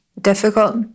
difficult